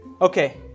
Okay